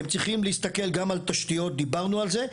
צריכים להסתכל גם על תשתיות, דיברנו על זה,